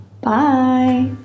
bye